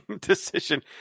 decision